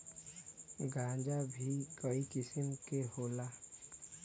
गांजा भीं कई किसिम के होला